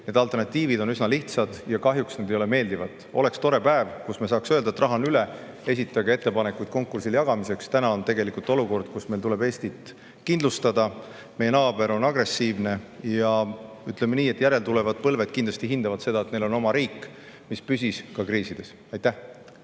Need alternatiivid on üsna lihtsad ja kahjuks ei ole need meeldivad. Oleks tore päev, kui me saaksime öelda, et raha on üle, esitage ettepanekuid selle konkursil jagamiseks. Täna on olukord, kus meil tuleb Eestit kindlustada. Meie naaber on agressiivne. Ütleme nii, et järeltulevad põlved kindlasti hindavad seda, et neil on oma riik, mis jäi püsima kriisidest